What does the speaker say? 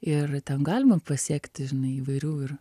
ir ten galima pasiekti įvairių ir